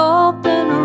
open